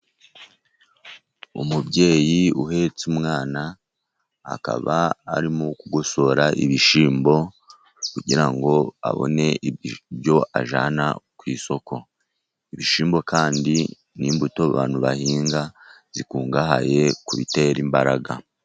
Umubyeyi uhetse umwana akaba ari mu kugosora ibishyimbo kugira ngo abone ibyo ajyana ku isoko, ibishyimbo kandi n'imbuto abantu bahinga zikungahaye ku bitera imbaraga.